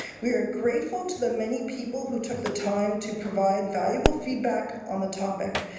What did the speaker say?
we are grateful to the many people who took the time to provide valuable feedback on the topic.